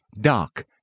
dark